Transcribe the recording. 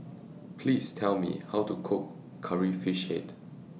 Please Tell Me How to Cook Curry Fish Head